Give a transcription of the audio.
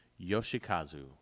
Yoshikazu